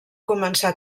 començar